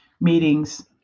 meetings